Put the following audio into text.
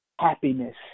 happiness